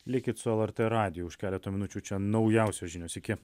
likit su lrt radiju už keleto minučių čia naujausios žinios iki